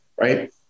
right